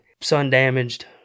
sun-damaged